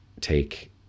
take